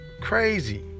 Crazy